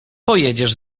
pojedziesz